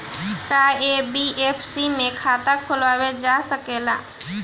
का एन.बी.एफ.सी में खाता खोलवाईल जा सकेला?